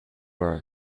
are